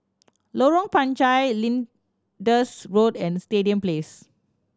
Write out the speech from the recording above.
Lorong Panchar Lyndhurst Road and Stadium Place